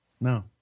No